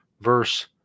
verse